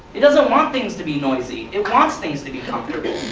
it doesn't want things to be noisy, it wants things to be comfortable,